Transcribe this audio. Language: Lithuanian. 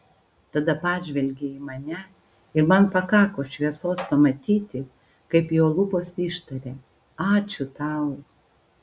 tada pažvelgė į mane ir man pakako šviesos pamatyti kaip jo lūpos ištaria ačiū tau